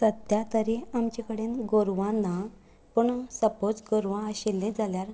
सद्या तरी आमचे कडेन गोरवां ना पण सपोज गोरवां आशिल्ली जाल्यार